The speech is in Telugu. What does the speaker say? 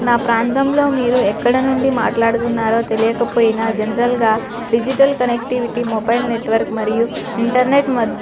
నా ప్రాంతంలో మీరు ఎక్కడ నుండి మాట్లాడుతున్నారో తెలియకపోయినా జనరల్గా డిజిటల్ కనెక్టివిటీ మొబైల్ నెట్వర్క్ మరియు ఇంటర్నెట్ మ